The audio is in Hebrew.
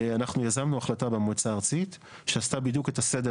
אנחנו יזמנו החלטה במועצה הארצית שעשתה בדיוק את הסדר